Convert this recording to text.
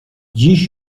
dziś